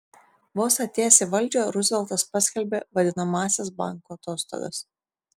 vos atėjęs į valdžią ruzveltas paskelbė vadinamąsias bankų atostogas